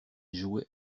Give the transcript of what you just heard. jouait